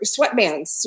sweatbands